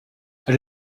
elle